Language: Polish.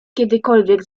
kiedykolwiek